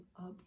up